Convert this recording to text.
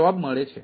59 છે